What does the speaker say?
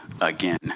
again